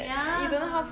ya